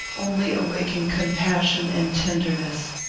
only awaken compassion and tenderness.